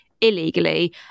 illegally